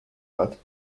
hat